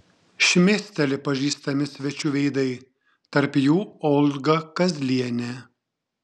šmėsteli pažįstami svečių veidai tarp jų olga kazlienė